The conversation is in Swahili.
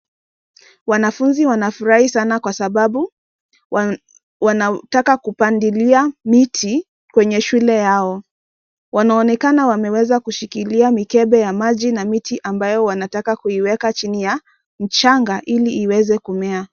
Wanafunzi wanafurahi sana kwa sababu wanataka kupandilia miti kwenye shule yao. Wanaonekana wameweza kushikilia mikebe ya maji na miti ambayo wanataka kuiweka chini ya mchanga ili iweze kumea.